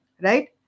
Right